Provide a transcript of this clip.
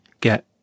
get